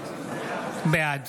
בעד